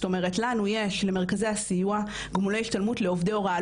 זאת אומרת למרכזי הסיוע יש גמולי השתלמות לעובדי הוראה,